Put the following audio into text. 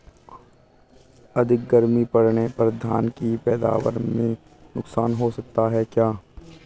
अधिक गर्मी पड़ने पर धान की पैदावार में नुकसान हो सकता है क्या?